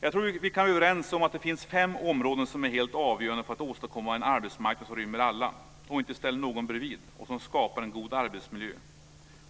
Jag tror att vi kan vara överens om att det finns fem områden som är helt avgörande för att åstadkomma en arbetsmarknad som rymmer alla och inte ställer någon bredvid och som leder till en god arbetsmiljö.